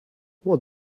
what